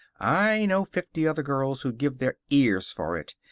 i know fifty other girls who'd give their ears for it.